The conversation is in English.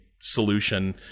solution